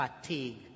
fatigue